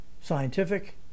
scientific